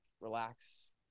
relax